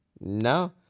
No